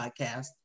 podcast